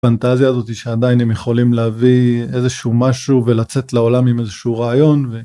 פנטזיה הזאת שעדיין הם יכולים להביא איזשהו משהו ולצאת לעולם עם איזשהו רעיון.